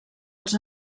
els